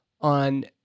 on